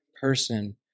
person